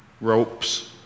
ropes